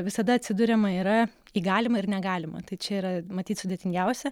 visada atsiduriama yra į galima ir negalima tai čia yra matyt sudėtingiausia